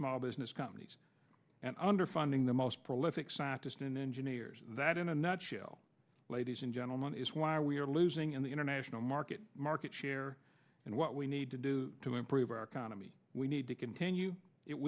small business companies and underfunding the most prolific scientist and engineers that in a nutshell ladies and gentlemen is why we are losing in the international market market share and what we need to do to improve our economy we need to continue it